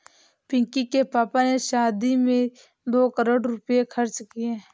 पिंकी के पापा ने शादी में दो करोड़ रुपए खर्च किए